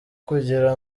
kugira